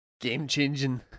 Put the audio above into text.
game-changing